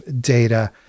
data